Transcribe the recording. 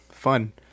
Fun